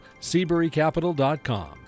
SeaburyCapital.com